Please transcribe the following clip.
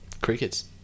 Crickets